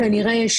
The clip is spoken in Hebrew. כנראה,